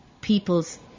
people's